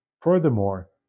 Furthermore